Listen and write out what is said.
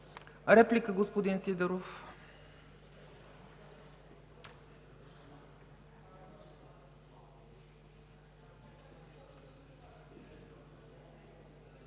Реплика, господин Сидеров.